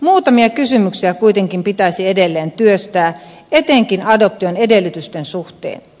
muutamia kysymyksiä kuitenkin pitäisi edelleen työstää etenkin adoption edellytysten suhteen